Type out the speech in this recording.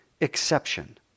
exception